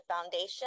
foundation